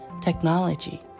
technology